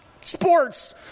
sports